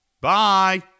bye